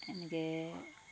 এনেকৈ